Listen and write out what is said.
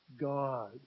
God